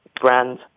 brand